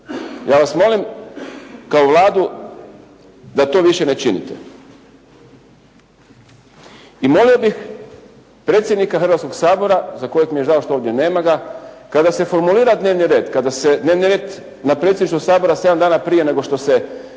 Ja vas molim kao Vladu da to više ne činite. I molio bih predsjednika Hrvatskoga sabora za kojeg mi je žao što ovdje nema ga kada se formulira dnevni red, kada se dnevni red na Predsjedništvu Sabora sedam dana prije nego što se